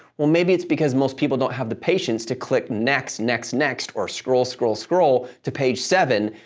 well, maybe it's because most people don't have the patience to click next, next, next, or scroll, scroll, scroll to page seven,